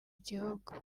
gihugu